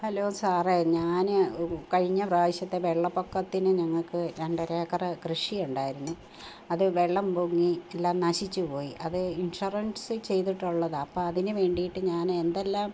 hello സാറെ ഞാൻ കഴിഞ്ഞ പ്രാവശ്യത്തെ വെള്ളപ്പൊക്കത്തിന് ഞങ്ങൾക്ക് രണ്ടര ഏക്കറ് കൃഷി ഉണ്ടായിരുന്നു അത് വെള്ളം പൊങ്ങി എല്ലാം നശിച്ചു പോയി അത് ഇന്ഷൊറന്സ്സ് ചെയ്തിട്ടുള്ളതാണ് അപ്പം അതിന് വേണ്ടിയിട്ട് ഞാൻ എന്തെല്ലാം